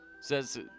Says